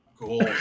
Cool